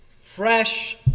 fresh